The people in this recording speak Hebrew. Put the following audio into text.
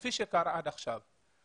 כפי שקרה עד עכשיו.